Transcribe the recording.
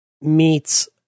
meets